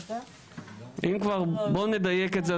אם כבר בוא נדייק את זה,